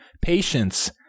Patience